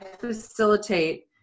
facilitate